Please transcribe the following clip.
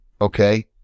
okay